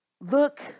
Look